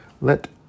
Let